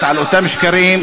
הזו הוגשו הסתייגויות.